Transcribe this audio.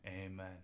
amen